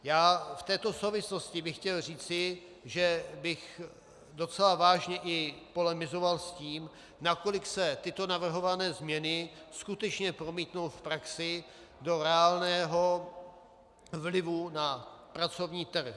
V této souvislosti bych chtěl říci, že bych docela vážně i polemizoval s tím, nakolik se tyto navrhované změny skutečně promítnou v praxi do reálného vlivu na pracovní trh.